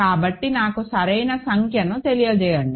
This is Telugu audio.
కాబట్టి నాకు సరైన సంఖ్యను తెలియజేయండి